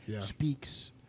speaks